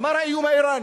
אמר: האיום האירני.